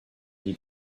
need